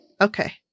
Okay